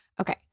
Okay